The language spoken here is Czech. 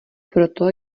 proto